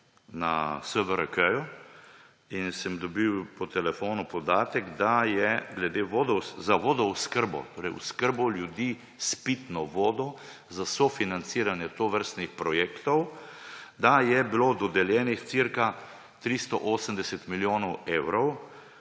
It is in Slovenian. na SVRK in sem dobil po telefonu podatek, da je za vodooskrbo, torej oskrbo ljudi s pitno vodo, za sofinanciranje tovrstnih projektov je bilo dodeljenih cca 380 milijonov evrov.